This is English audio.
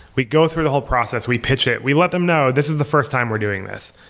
we go through the whole process. we pitch it. we let them know this is the first time we're doing this.